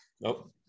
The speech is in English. Nope